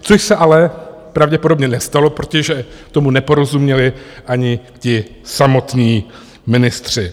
Což se ale pravděpodobně nestalo, protože tomu neporozuměli ani ti samotní ministři.